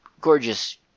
gorgeous